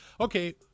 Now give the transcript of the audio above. Okay